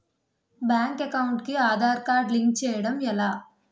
Bank account కి Aadhaar card link చేయడం ఎలా?